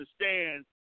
understand